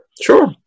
sure